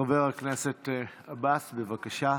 חבר הכנסת עבאס, בבקשה.